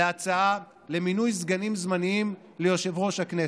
להצעה למינוי סגנים זמניים ליושב-ראש הכנסת.